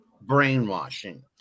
brainwashing